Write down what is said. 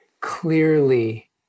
clearly